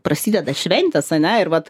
prasideda šventės ane ir vat